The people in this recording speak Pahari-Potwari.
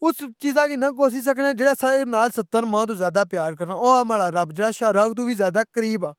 اس چیزاں نو نی کوسی سکنے جیڑا اسساں تو ستتر ماوں تو زیادہ ہیار کرنا ئور او ساڑی شئ رگ تو قریب آ۔